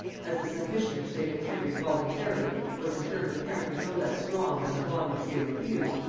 as the submission which they had tendered voluntarily was in terms apparently no less strong than the bond which they refused,